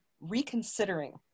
reconsidering